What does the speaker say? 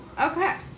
Okay